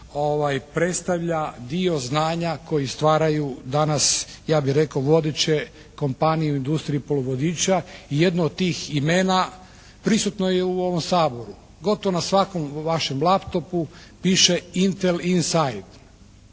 predstavlja dio znanja koji stvaraju danas ja bih rekao vodeću kompaniju u industriji poluvodiča. Jedno od tih imena prisutno je i u ovom Saboru. Gotovo na svakom vašem laptopu piše "Intel inside".